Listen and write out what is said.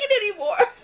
um anymore.